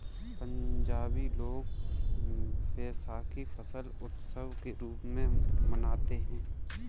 पंजाबी लोग वैशाखी फसल उत्सव के रूप में मनाते हैं